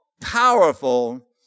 powerful